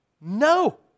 No